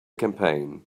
campaign